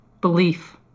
Belief